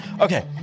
Okay